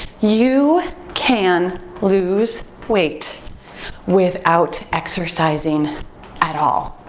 you can lose weight without exercising at all.